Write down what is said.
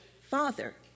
Father